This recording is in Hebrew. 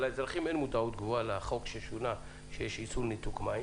לאזרחים אין מודעות לחוק שאוסר ניתוקי מים.